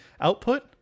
output